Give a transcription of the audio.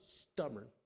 stubborn